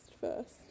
first